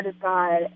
God